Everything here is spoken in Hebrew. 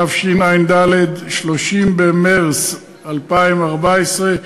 התשע"ד, 30 במרס 2014,